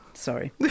Sorry